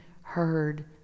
heard